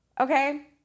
Okay